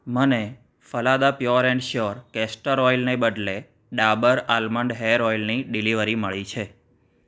મને Phalada pure and sure castor ઓઈલને બદલે ડાબર આલમંડ હેર ઓઈલની ડિલિવરી મળી છે